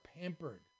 pampered